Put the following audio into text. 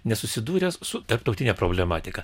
nesusidūręs su tarptautine problematika